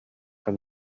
from